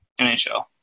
NHL